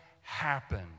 happen